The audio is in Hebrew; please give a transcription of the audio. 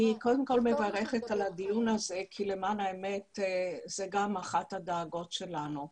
אני מברכת על הדיון הזה כי למען האמת זו גם אחת הדאגות שלנו.